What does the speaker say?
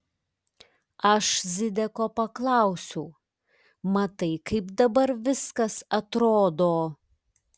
aš zideko paklausiau matai kaip dabar viskas atrodo